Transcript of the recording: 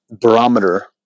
barometer